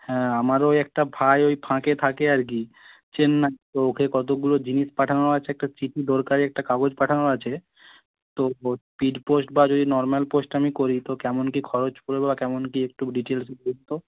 হ্যাঁ আমারও ঐ একটা ভাই ঐ ফাঁকে থাকে আর কি চেন্নাই তো ওকে কতকগুলো জিনিস পাঠানোর আছে একটা চিঠি দরকারি একটা কাগজ পাঠানোর আছে তো ও স্পিড পোস্ট বা যদি নর্মাল পোস্ট আমি করি তো কেমন কী খরচ পড়বে বা কেমন কী একটু ডিটেলসে বলুন তো